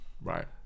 Right